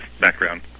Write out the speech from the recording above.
background